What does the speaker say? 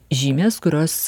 žymės kurios